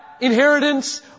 inheritance